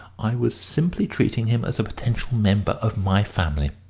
i was simply treating him as a potential member of my family.